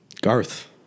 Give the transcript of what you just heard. Garth